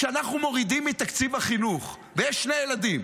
כשאנחנו מורידים מתקציב החינוך ויש שני ילדים,